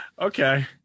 okay